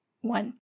One